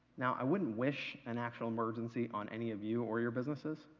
now i wouldn't wish an actual emergency on any of you or your businesses.